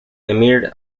emir